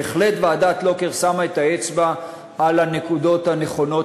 בהחלט ועדת לוקר שמה את האצבע על הנקודות הנכונות,